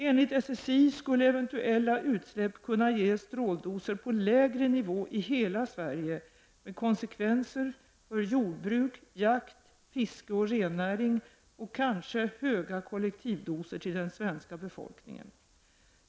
Enligt SSI skulle eventuella utsläpp kunna ge stråldoser på lägre nivå i hela Sverige med konsekvenser för jordbruk, jakt, fiske och rennäring och kanske höga kollektivdoser till den svenska befolkningen.